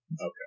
Okay